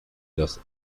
los